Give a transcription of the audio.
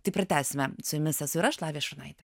tai pratęsime su jumis esu ir aš lavija